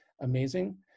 amazing